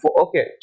okay